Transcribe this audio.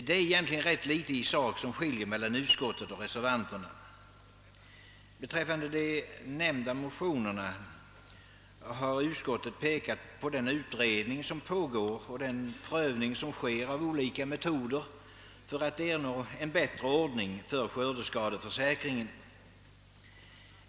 Det är egentligen rätt litet som skiljer i sak mellan utskottet och reservanterna. Beträffande de nämnda motionerna har utskottet pekat på den utredning som pågår och den prövning som sker av olika metoder för att åstadkomma en bättre ordning för skördeskadeförsäkringen.